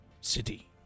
city